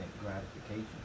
gratification